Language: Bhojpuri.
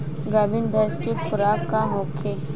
गाभिन भैंस के खुराक का होखे?